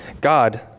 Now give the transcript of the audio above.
God